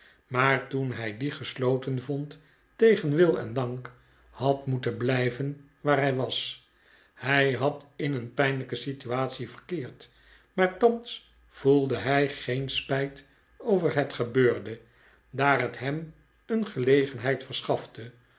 maar toen hij die gesloten vond tegen wil en dank had moeten blijven waar hij was hij had in een pijnlijke situatie verkeerd maar thans voelde hij geen spijt over het gebeurde daar het hem een gelegenheid verschafte